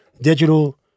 digital